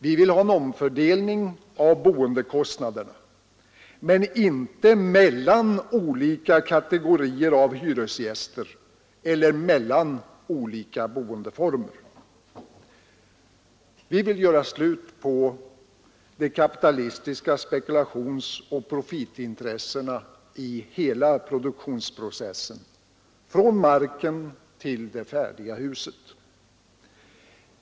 Vi vill ha en omfördelning av boendekostnaderna men inte mellan olika kategorier av hyresgäster eller mellan olika boendeformer. Vi vill göra slut på de kapitalistiska spekulationsoch profitintressena i hela produktionsprocessen, från marken till det färdiga huset.